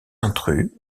intrus